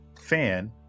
fan